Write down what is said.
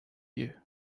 you